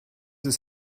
ist